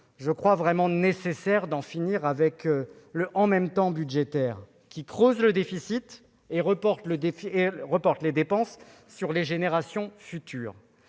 Il est donc nécessaire d'en finir avec le « en même temps » budgétaire, qui creuse le déficit et reporte les dépenses sur les générations futures.